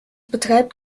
betreibt